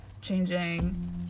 changing